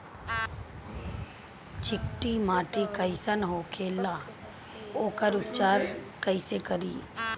चिकटि माटी कई सन होखे ला वोकर उपचार कई से करी?